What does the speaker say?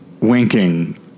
winking